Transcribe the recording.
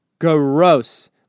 Gross